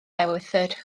ewythr